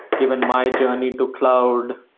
given my journey to cloud,